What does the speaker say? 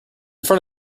front